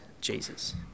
Jesus